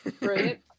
Right